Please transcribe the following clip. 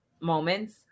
moments